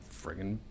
friggin